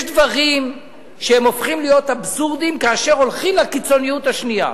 יש דברים שהופכים להיות אבסורדיים כאשר הולכים לקיצוניות השנייה.